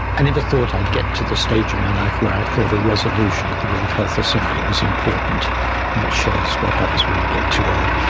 i never thought i'd get to this stage of my life where i thought a resolution at the world health assembly was important and it shows what happens when you get too old.